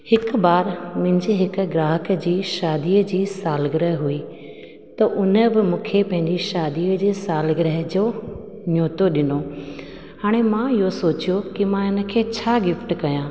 हिकु बार मुंहिंजे हिकु ग्राहक जी शादीअ जी सालगिरह हुई त उन बि मूंखे पंहिंजी शादीअ जे सालगिरह जो नोतो ॾिनो हाणे मां इहो सोचियो की मां इन खे छा गिफ्ट कयां